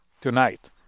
tonight